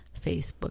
facebook